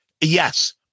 yes